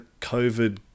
covid